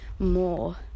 more